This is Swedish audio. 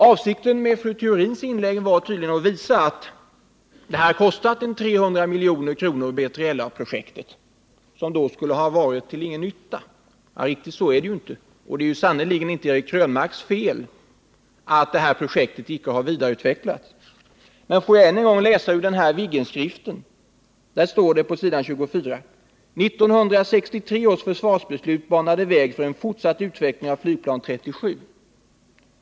Avsikten med fru Theorins inlägg var tydligen att visa att B3LA-projektet har kostat 300 milj.kr., vilket skulle ha varit till ingen nytta. Riktigt så är det inte. Och det är sannerligen inte Eric Krönmarks fel att projektet icke har vidareutvecklats. Får jag än en gång läsa ur Viggenskriften. Där står det på s. 24: 1963 års försvarsbeslut banade väg för en fortsatt utveckling av flygplan 37.